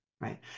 Right